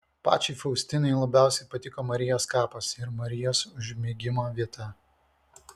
pačiai faustinai labiausiai patiko marijos kapas ir marijos užmigimo vieta